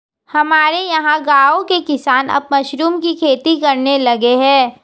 हमारे यहां गांवों के किसान अब मशरूम की खेती करने लगे हैं